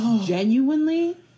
genuinely